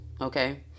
okay